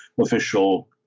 official